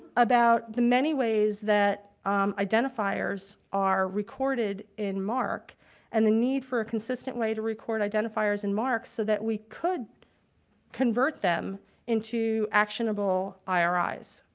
about the many ways that identifiers are recorded in marc and the need for a consistent way to record identifiers in marc so that we could convert them into actionable iri's,